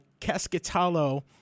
Cascatalo